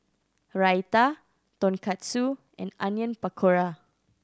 Raita Tonkatsu and Onion Pakora